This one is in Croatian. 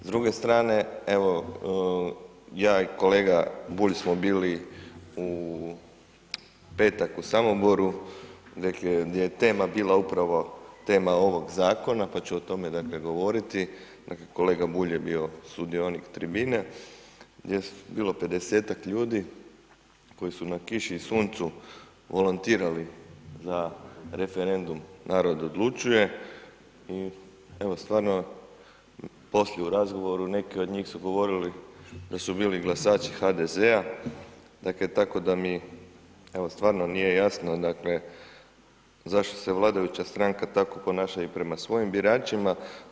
S druge strane, evo, ja i kolega Bulj smo bili u petak u Samoboru, rekli, gdje je tema bila upravo, tema ovog zakona, pa ću o tome dakle, govoriti, dakle, kolega Bulj je bio sudionik tribine, gdje je bilo 50-tak ljudi, koji su na kiši i suncu volontirali za referendum Narod odlučuje i evo, stvarno, poslije u razgovoru, neki od njih su govorili da su bili glasači HDZ-a, tako da mi evo, stvarno nije jasno, zašto se vladajuća stanka tako ponaša i prema svojim biračima.